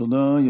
תודה.